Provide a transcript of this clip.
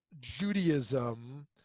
judaism